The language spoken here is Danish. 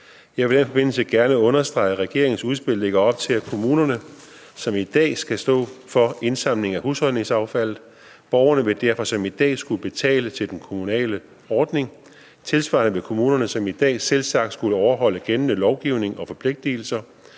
Jeg vil i den forbindelse gerne understrege, at regeringens udspil lægger op til, at kommunerne ligesom i dag skal stå for indsamling af husholdningsaffald. Borgerne vil derfor ligesom i dag skulle betale til den kommunale ordning. Tilsvarende vil kommunerne ligesom i dag selvsagt skulle overholde gældende lovgivning og forpligtelser.